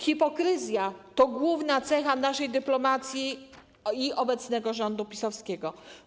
Hipokryzja to główna cecha naszej dyplomacji i obecnego rządu PiS-owskiego.